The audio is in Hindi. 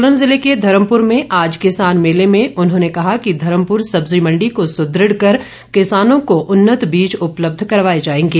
सोलन जिले के धर्मपुर में आज किसान मेले में उन्होंने कहा कि धर्मपुर सब्जी मंडी को सुदृढ़ कर किसानों को उन्नत बीज उपलब्ध करवाए जाएंगे